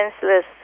senseless